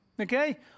Okay